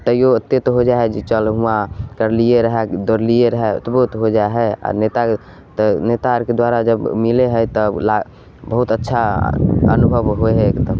तइयो ओते तऽ हो जा हइ चल उहाँ करलियै रहय दौड़लियै रहय तऽ बहुत हो जा हइ आओर नेता तऽ नेता आरके द्वारा जब मिलय हइ तब लएए बहुत अच्छा अनुभव होइ हइ एकदम